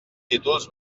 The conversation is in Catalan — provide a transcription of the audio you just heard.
títols